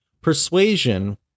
Persuasion